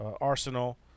arsenal